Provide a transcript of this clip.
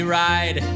ride